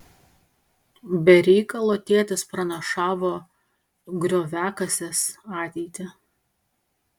be reikalo tėtis pranašavo grioviakasės ateitį